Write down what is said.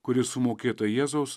kuri sumokėta jėzaus